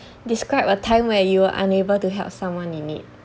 describe a time where you are unable to help someone in need